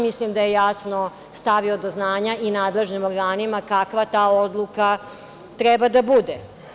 Mislim da je jasno stavio do znanja i nadležnim organima kakva ta odluka treba da bude.